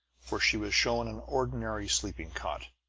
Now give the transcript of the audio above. where she was shown an ordinary sleeping-cot.